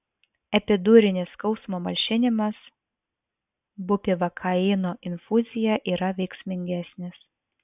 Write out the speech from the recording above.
epidurinis skausmo malšinimas bupivakaino infuzija yra veiksmingesnis